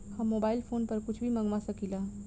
हम mobile phone पर कुछ भी मंगवा सकिला?